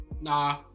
Nah